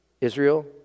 Israel